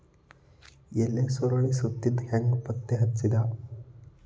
ಎಲಿ ಸುರಳಿ ಸುತ್ತಿದ್ ಹೆಂಗ್ ಪತ್ತೆ ಹಚ್ಚದ?